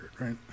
right